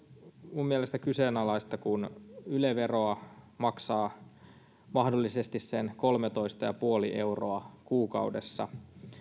minun mielestäni kyseenalaista kun yle veroa maksaa mahdollisesti sen kolmetoista ja puoli euroa kuukaudessa